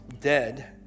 dead